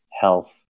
health